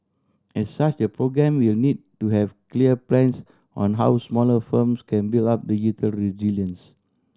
as such the programme will need to have clear plans on how smaller firms can build up digital resilience